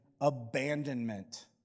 Abandonment